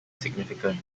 significant